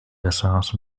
restaurants